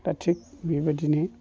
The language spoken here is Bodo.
दा थिख बेबादिनो